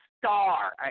star